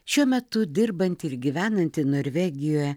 šiuo metu dirbantį ir gyvenantį norvegijoje